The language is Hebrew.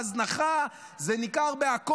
זה ניכר בהזנחה,